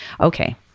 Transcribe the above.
okay